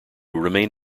remain